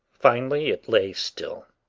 finally it lay still.